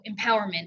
empowerment